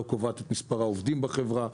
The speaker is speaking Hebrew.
לא קובעת את מספר העובדים בחברה.